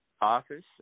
office